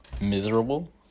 miserable